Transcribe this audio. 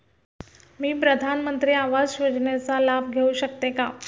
मी प्रधानमंत्री आवास योजनेचा लाभ घेऊ शकते का?